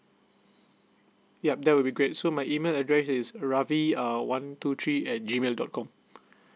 yup that will be great so my email address is ravi uh one two three at G mail dot com